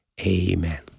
Amen